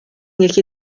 یکی